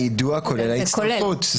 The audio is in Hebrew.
היידוע כולל ההצטרפות.